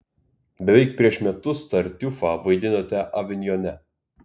beveik prieš metus tartiufą vaidinote avinjone